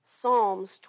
Psalms